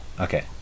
Okay